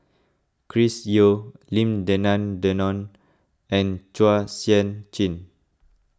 Chris Yeo Lim Denan Denon and Chua Sian Chin